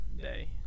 day